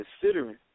considering